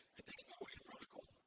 it takes the wave protocol